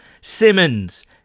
Simmons